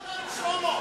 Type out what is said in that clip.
תן להצביע.